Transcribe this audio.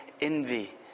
envy